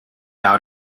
out